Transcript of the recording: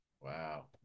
Wow